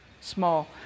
small